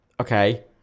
okay